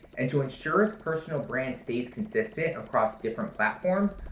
and to ensure his personal brand stays consistent across different platforms,